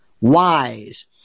wise